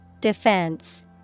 Defense